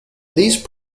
these